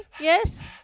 yes